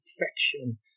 perfection